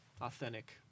authentic